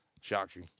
Shocking